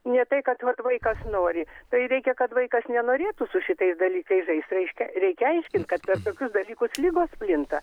ne tai kad vaikas nori tai reikia kad vaikas nenorėtų su šitais dalykais žaist reiškia reikia aiškint kad per tokius dalykus ligos plinta